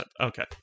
Okay